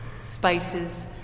Spices